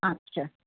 আচ্ছা